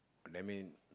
that mean